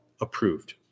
approved